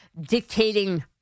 Dictating